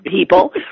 people